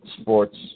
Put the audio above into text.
sports